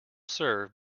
serve